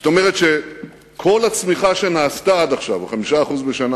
זאת אומרת שכל הצמיחה שנעשתה עד עכשיו, 5% בשנה